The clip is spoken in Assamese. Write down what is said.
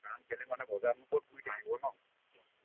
কাৰণ কেলে মানে বজাৰত ক'তনো ঘূৰি থাকিব ন